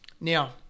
Now